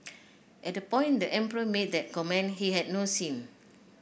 at the point the emperor made that comment he had no sin